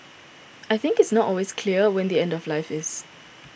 I think it's not always clear when the end of life is